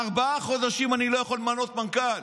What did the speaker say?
ארבעה חודשים אני לא יכול למנות מנכ"ל,